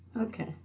Okay